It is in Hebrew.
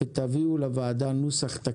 אני חושב שהמכתבים הראשונים של הוועדה הזאת היו